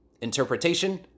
Interpretation